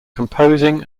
composing